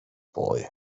boy